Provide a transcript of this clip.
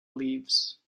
leaves